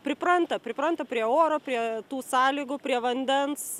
pripranta pripranta prie oro prie tų sąlygų prie vandens